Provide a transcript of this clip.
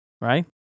right